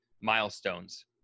milestones